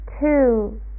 two